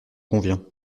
conviens